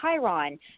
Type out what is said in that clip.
Chiron